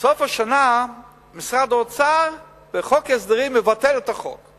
ובסוף השנה משרד האוצר מבטל את החוק בחוק ההסדרים.